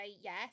yes